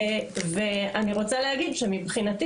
ואני רוצה להגיד שמבחינתי,